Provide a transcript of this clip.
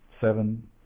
seven